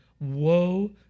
woe